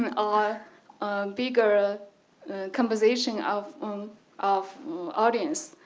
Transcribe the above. and ah a bigger composition of um of audience,